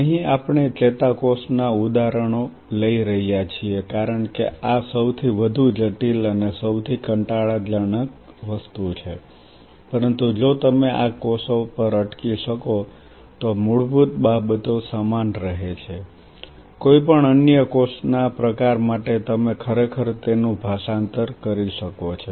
અહીં આપણે ચેતાકોષ ના ઉદાહરણો લઈ રહ્યા છીએ કારણ કે આ સૌથી વધુ જટિલ અને સૌથી કંટાળાજનક વસ્તુ છે પરંતુ જો તમે આ કોષો પર અટકી શકો તો મૂળભૂત બાબતો સમાન રહે છે કોઈપણ અન્ય કોષના પ્રકાર માટે તમે ખરેખર તેનું ભાષાંતર કરી શકો છો